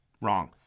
wrong